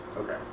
Okay